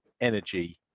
energy